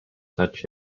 such